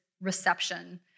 reception